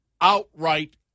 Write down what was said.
outright